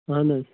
اہَن حظ